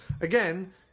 again